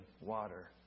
water